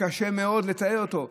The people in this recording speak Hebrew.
קשה מאוד לתעד אותו,